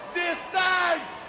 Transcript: decides